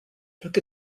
took